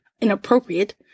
inappropriate